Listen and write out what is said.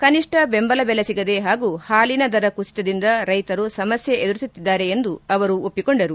ಕನಿಷ್ಠ ಬೆಂಬಲ ಬೆಲೆ ಸಿಗದೆ ಹಾಗೂ ಹಾಲಿನ ದರ ಕುಸಿತದಿಂದ ರೈತರು ಸಮಸ್ಕೆ ಎದುರಿಸುತ್ತಿದ್ದಾರೆ ಎಂದು ಒಪ್ಪಿಕೊಂಡರು